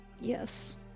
Yes